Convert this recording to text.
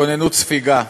כוננות ספיגה.